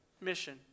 mission